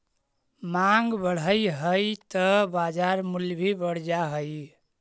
माँग बढ़ऽ हइ त बाजार मूल्य भी बढ़ जा हइ